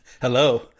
hello